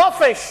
חופש